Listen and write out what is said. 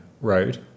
road